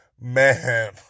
Man